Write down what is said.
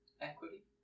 equity